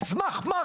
על סמך מה?